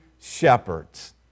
shepherds